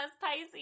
Pisces